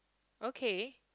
okay